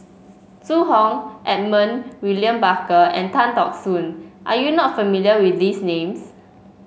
Zhu Hong Edmund William Barker and Tan Teck Soon are you not familiar with these names